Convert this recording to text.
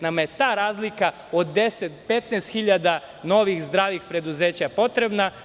Nama je ta razlika od 10.000 do 15.000 novih, zdravih preduzeća potrebna.